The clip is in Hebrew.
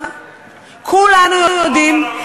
כולנו יודעים,